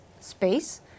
space